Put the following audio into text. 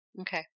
Okay